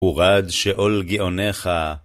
הורד שאול גאונך.